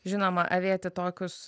žinoma avėti tokius